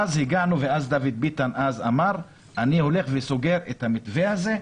ודוד ביטן אז אמר, אני הולך וסוגר את המתווה הזה.